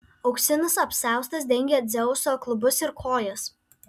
auksinis apsiaustas dengė dzeuso klubus ir kojas